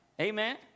Amen